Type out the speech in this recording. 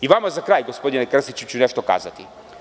I vama za kraj, gospodine Krstiću, ću nešto kazati.